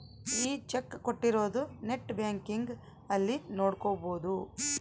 ಈ ಚೆಕ್ ಕೋಟ್ಟಿರೊರು net banking ಅಲ್ಲಿ ನೋಡ್ಕೊಬೊದು